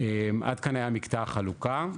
עד כאן היה מקטע החלוקה,